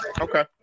Okay